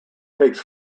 takes